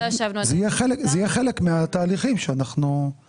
זה יהיה חלק מהתהליכים שאנחנו נצטרך לעבור.